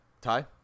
ty